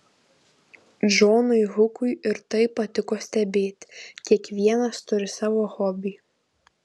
džonui hukui ir tai patiko stebėti kiekvienas turi savo hobį